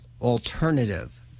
alternative